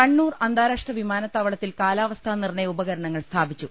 കണ്ണൂർ അന്താരാഷ്ട്ര വിമാനത്താവളത്തിൽ കാലാവസ്ഥ നിർണ്ണയ ഉപകരണങ്ങൾ സ്ഥാപിച്ചു